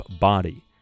body